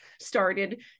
started